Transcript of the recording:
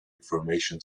information